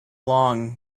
long